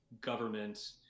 government